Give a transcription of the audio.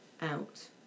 out